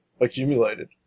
accumulated